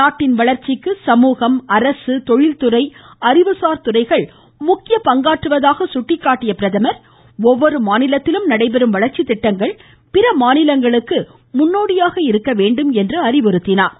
நாட்டின் வளர்ச்சிக்கு சமூகம் அரசு தொழில்துறை அறிவுசார் துறைகள் முக்கிய பங்காற்றுவதாக சுட்டிக்காட்டிய பிரதமர் ஒவ்வொரு மாநிலத்திலும் நடைபெறும் வளர்ச்சித் திட்டங்கள் பிற மாநிலங்களுக்கு முன்னோடியாக இருக்க வேண்டும் என்றார்